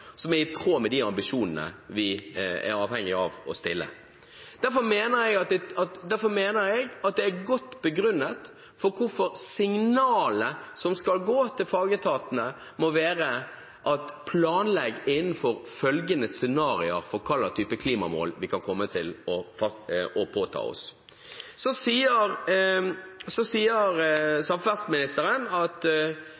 som er i tråd med de ambisjonene vi er avhengig av å sette oss. Derfor mener jeg at det er godt begrunnet hvorfor signalet som skal gå til fagetatene, må være: Planlegg innenfor følgende scenarier for hva slags typer klimamål vi kan komme til å påta oss. Samferdselsministeren sier at